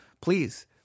please